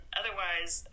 otherwise